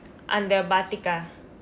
அந்த:andtha batik ah